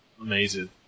amazing